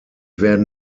werden